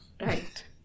Right